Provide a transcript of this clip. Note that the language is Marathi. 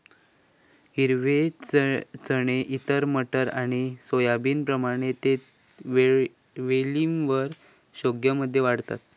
हिरवे चणे इतर मटार आणि सोयाबीनप्रमाणे ते वेलींवर शेंग्या मध्ये वाढतत